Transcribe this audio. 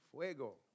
Fuego